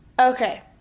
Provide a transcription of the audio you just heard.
Okay